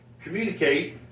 communicate